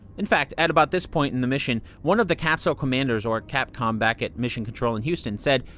in fact, at about this point in the mission, one of the capsule commanders, or capcom back at mission control in houston, said,